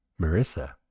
Marissa